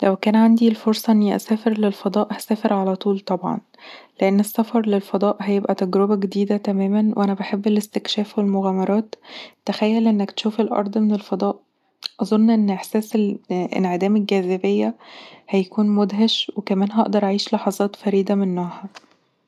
لو كان عندي الفرصة للسفر إلى الفضاء، هسافر على طول طبعا لأن السفر إلى الفضاء هيبقى تجربة جديدة تمامًا، وأنا بحب الاستكشاف والمغامرات. تخيل إنك تشوف الأرض من الفضاء! أظن إن إحساس انعدام الجاذبية هيكون مدهش. وكمان هقدر أعيش لحظات فريدة من نوعها